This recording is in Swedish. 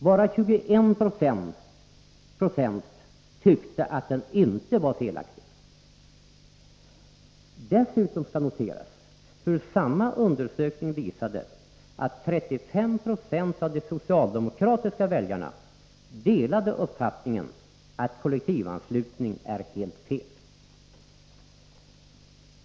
Bara 21 90 tyckte att den inte var felaktig. Dessutom skall noteras hur samma undersökning visade att 35 20 av de socialdemokratiska väljarna delade uppfattningen att kollektivanslutningen är helt fel.